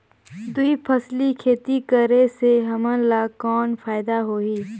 दुई फसली खेती करे से हमन ला कौन फायदा होही?